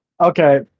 okay